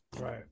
right